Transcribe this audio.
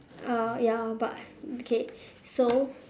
uh ya but okay so